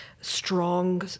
strong